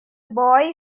boy